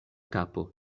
kapo